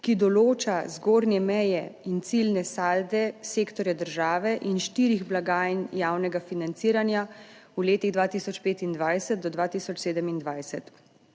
ki določa zgornje meje in ciljne salde sektorja države in štirih blagajn javnega financiranja v letih 2025 do 2027.